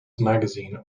magazine